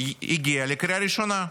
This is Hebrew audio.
יגיע לקריאה ראשונה.